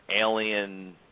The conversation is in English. alien